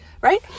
right